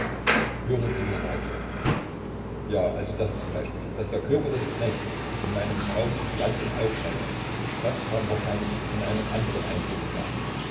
hören sie nur weiter ja also das z b daß der körper des knechtes in meinem traume sich wand und aufschnellte das kam wahrscheinlich von einem andren eindruck her